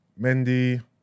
Mendy